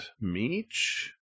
Meech